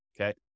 okay